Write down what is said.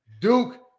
Duke